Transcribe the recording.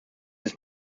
ist